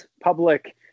public